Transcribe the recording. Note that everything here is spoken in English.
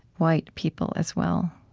white people as well.